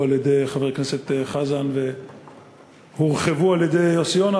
על-ידי חבר הכנסת חזן והורחבו על-ידי יוסי יונה,